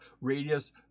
radius